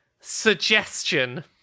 suggestion